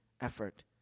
effort